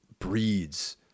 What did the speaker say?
breeds